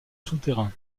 souterrains